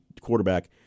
quarterback